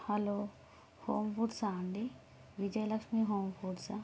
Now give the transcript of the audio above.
hello home ఫుడ్సా అండీ Vijayalakshmi home ఫుడ్సా